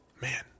Man